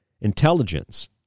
intelligence